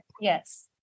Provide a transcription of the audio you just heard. Yes